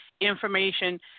information